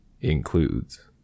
includes